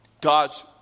God's